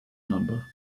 number